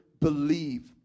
believe